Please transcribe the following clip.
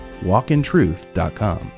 walkintruth.com